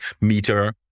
meter